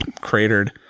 cratered